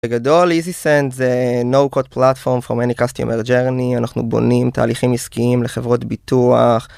בגדול easy send זה no code platform for many customers journey, אנחנו בונים תהליכים עסקיים לחברות ביטוח.